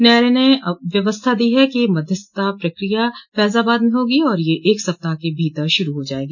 न्यायालय ने व्यवस्था दी कि मध्यस्थता प्रक्रिया फैजाबाद में होगी और यह एक सप्ताह के भीतर शुरू हो जाएगी